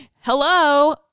hello